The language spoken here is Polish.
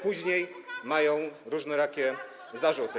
później mają różnorakie zarzuty.